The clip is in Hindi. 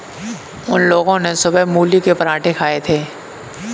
उन लोगो ने सुबह मूली के पराठे खाए थे